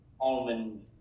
almond